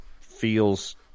feels